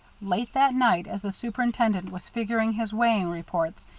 late that night, as the superintendent was figuring his weighing reports,